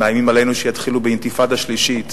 מאיימים עלינו שיתחילו באינתיפאדה שלישית,